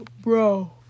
bro